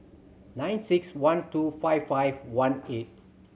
nine six one two five five one eight